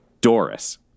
Doris